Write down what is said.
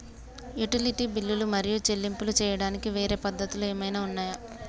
Utility బిల్లులు మరియు చెల్లింపులు చేయడానికి వేరే పద్ధతులు ఏమైనా ఉన్నాయా?